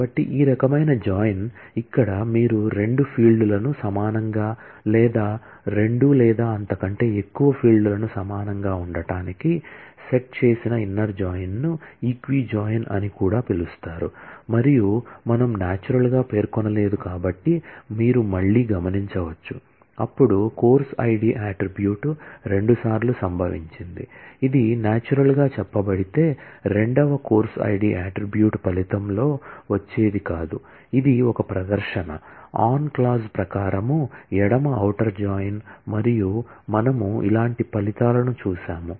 కాబట్టి ఈ రకమైన జాయిన్ ఇక్కడ మీరు రెండు ఫీల్డ్లను సమానంగా లేదా రెండు లేదా అంతకంటే ఎక్కువ ఫీల్డ్లను సమానంగా ఉండటానికి సెట్ చేసిన ఇన్నర్ జాయిన్ మరియు మనము ఇలాంటి ఫలితాలను చూశాము